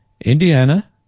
Indiana